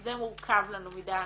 זה מורכב לנו מדיי,